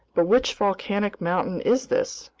but which volcanic mountain is this?